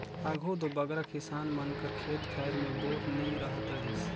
आघु दो बगरा किसान मन कर खेत खाएर मे बोर नी रहत रहिस